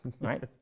right